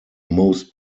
most